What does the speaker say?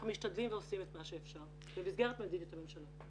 אנחנו משתדלים ועושים את מה שאפשר במסגרת מדיניות הממשלה.